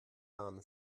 warm